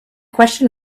question